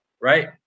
right